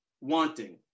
wanting